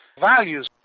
values